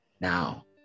Now